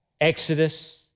Exodus